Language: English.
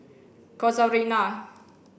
Casuarina